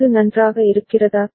இது நன்றாக இருக்கிறதா